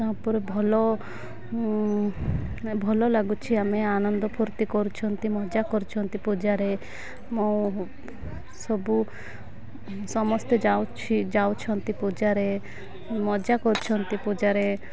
ତା'ପରେ ଭଲ ଭଲ ଲାଗୁଛି ଆମେ ଆନନ୍ଦ ଫୁର୍ତ୍ତି କରୁଛନ୍ତି ମଜା କରୁଛନ୍ତି ପୂଜାରେ ସବୁ ସମସ୍ତେ ଯାଉଛି ଯାଉଛନ୍ତି ପୂଜାରେ ମଜା କରୁଛନ୍ତି ପୂଜାରେ